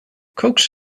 coax